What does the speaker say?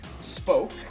spoke